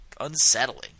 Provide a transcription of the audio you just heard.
unsettling